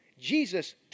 Jesus